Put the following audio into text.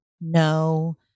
no